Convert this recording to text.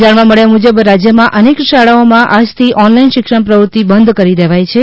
જાણવા મળ્યા મુજબ રાજ્યમાં અનેક શાળાઓમાં આજથી ઓનલાઇન શિક્ષણ પ્રવૃત્તિ બંધ કરી દેવાઈ છે